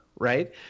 right